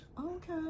Okay